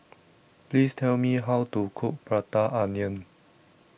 Please Tell Me How to Cook Prata Onion